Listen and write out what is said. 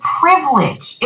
privilege